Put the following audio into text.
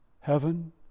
heaven